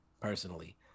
personally